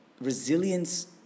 resilience